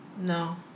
No